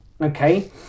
okay